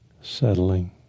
settling